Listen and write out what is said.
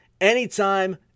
anytime